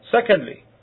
Secondly